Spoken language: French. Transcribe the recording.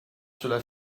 cela